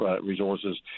Resources